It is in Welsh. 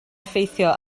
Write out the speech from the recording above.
effeithio